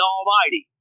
Almighty